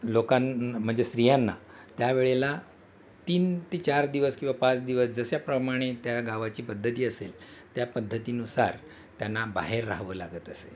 लोकां म्हणजे स्त्रियांना त्यावेळेला तीन ते चार दिवस किंवा पाच दिवस जशाप्रमाणे त्या गावाची पद्धती असेल त्या पद्धतीनुसार त्यांना बाहेर राहावं लागतं असे